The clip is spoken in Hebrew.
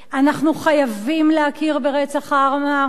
אנחנו חייבים להכיר ברצח העם הארמני.